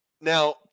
now